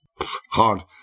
hard